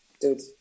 dude